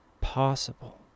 possible